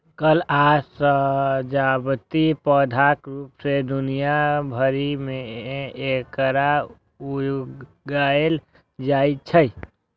फल आ सजावटी पौधाक रूप मे दुनिया भरि मे एकरा उगायल जाइ छै